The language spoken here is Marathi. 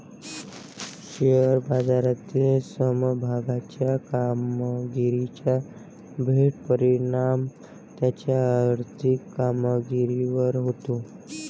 शेअर बाजारातील समभागाच्या कामगिरीचा थेट परिणाम त्याच्या आर्थिक कामगिरीवर होतो